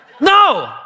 no